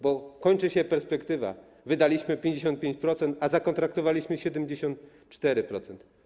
Bo kończy się perspektywa, wydaliśmy 55%, a zakontraktowaliśmy 74%.